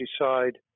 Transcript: decide